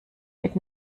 mit